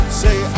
say